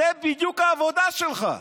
זו בדיוק העבודה שלך.